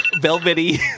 velvety